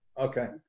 Okay